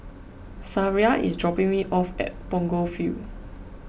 Sariah is dropping me off at Punggol Field